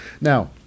Now